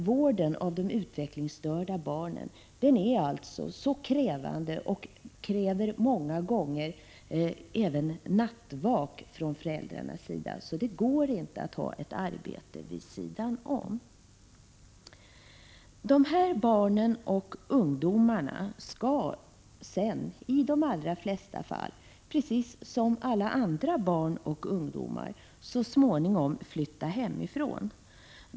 Vården av utvecklingsstörda barn är nämligen så krävande — den kräver många gånger även nattvak från föräldrarnas sida — att det inte går att ha något annat arbete vid sidan av. Dessa barn och ungdomar skall sedan i de allra flesta fall precis som andra barn och ungdomar flytta hemifrån.